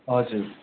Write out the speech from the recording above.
हजुर